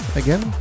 again